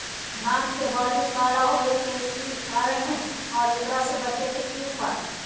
धान के बाली काला होवे के की कारण है और एकरा से बचे के उपाय?